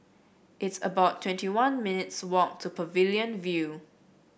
it's about twenty one minutes' walk to Pavilion View